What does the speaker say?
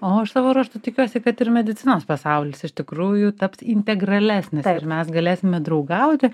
o aš savo ruožtu tikiuosi kad ir medicinos pasaulis iš tikrųjų taps integralesnis ir mes galėsime draugauti